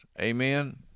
Amen